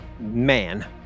man